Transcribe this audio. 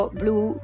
blue